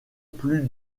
plus